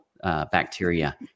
Bacteria